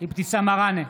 אבתיסאם מראענה,